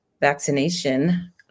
vaccination